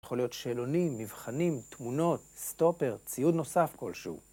יכול להיות שאלונים, מבחנים, תמונות, סטופר, ציוד נוסף כלשהו.